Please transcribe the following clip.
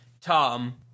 Tom